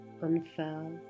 unfurl